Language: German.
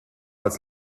als